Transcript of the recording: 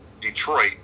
Detroit